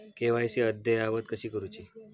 KYC अद्ययावत कशी करुची?